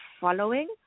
following